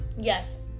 yes